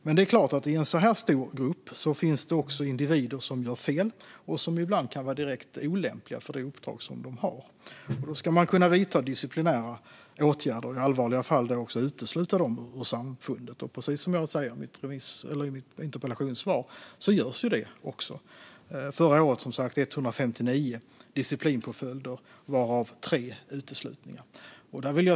Men i en sådan stor grupp finns det givetvis individer som gör fel och som kan vara direkt olämpliga för det uppdrag de har. Då ska man kunna vidta disciplinära åtgärder och i allvarliga fall även kunna utesluta dem ur samfundet - och precis som jag sa i mitt interpellationssvar görs också det. Förra året var det 159 disciplinpåföljder varav 3 uteslutningar.